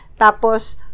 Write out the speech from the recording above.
Tapos